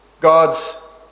God's